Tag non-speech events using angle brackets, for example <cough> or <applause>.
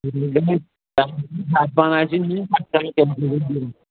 <unintelligible>